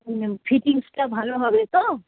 ফিটিংসটা ভালো হবে তো